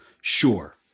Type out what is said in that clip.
Sure